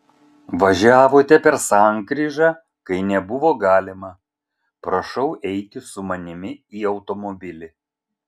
važiavote per sankryžą kai nebuvo galima prašau eiti su manimi į automobilį